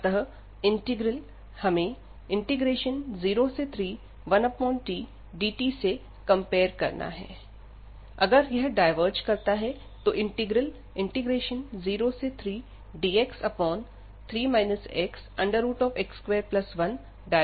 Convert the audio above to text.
अतः इंटीग्रल हमें 031tdt से कंपेयर करना है अगर यह डायवर्ज करता है तो इंटीग्रल 03dx3 xx21 डायवर्ज करेगा